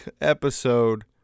episode